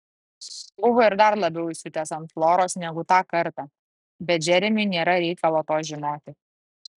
buvo ir dar labiau įsiutęs ant floros negu tą kartą bet džeremiui nėra reikalo to žinoti